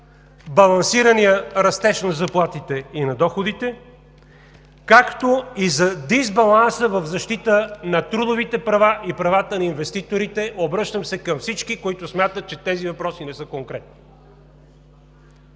балансираният растеж на заплатите и на доходите, както и за дисбаланса в защита на трудовите права и правата на инвеститорите. Обръщам се към всички, които смятат, че тези въпроси не са конкретни.